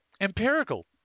Empirical